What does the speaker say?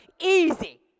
easy